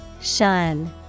Shun